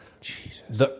Jesus